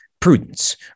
prudence